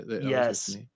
yes